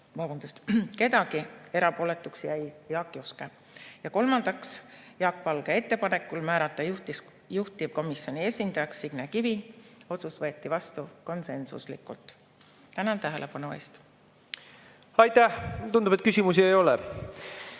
olnud keegi, erapooletuks jäi Jaak Juske. Ja kolmandaks, Jaak Valge ettepanekul määrata juhtivkomisjoni esindajaks Signe Kivi, otsus võeti vastu konsensuslikult. Tänan tähelepanu eest! Aitäh! Tundub, et küsimusi ei ole.